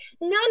none